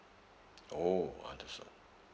orh understood